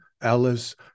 Alice